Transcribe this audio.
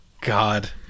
god